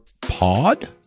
pod